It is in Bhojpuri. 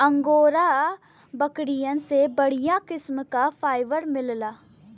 अंगोरा बकरियन से बढ़िया किस्म क फाइबर मिलला